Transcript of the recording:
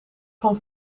van